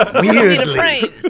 Weirdly